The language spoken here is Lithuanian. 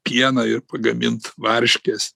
pieną ir pagamint varškes